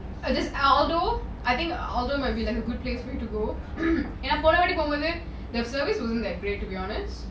there's aldo I think aldo might be good place for you to go என்ன போன வாடி போம்போது:enna pona vaati pompothu the service wasn't that great to be honest